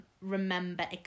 remember